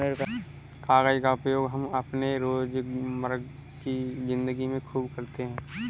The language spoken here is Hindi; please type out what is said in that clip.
कागज का उपयोग हम अपने रोजमर्रा की जिंदगी में खूब करते हैं